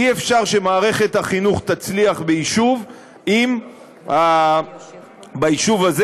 אי-אפשר שמערכת החינוך תצליח ביישוב אם ביישוב הזה